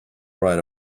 right